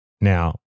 now